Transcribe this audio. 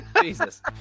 Jesus